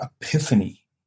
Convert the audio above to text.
epiphany